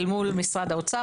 אל מול משרד האוצר,